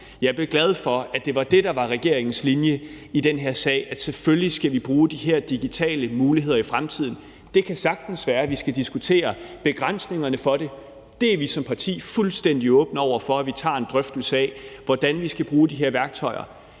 Jeg blev glad for, at det var det, der var regeringens linje i den her sag, altså at selvfølgelig skal vi bruge de her digitale muligheder i fremtiden. Det kan sagtens være, at vi skal diskutere begrænsningerne for det. Vi er som parti fuldstændig åbne over for, at vi tager en drøftelse af, hvordan vi skal bruge de her værktøjer,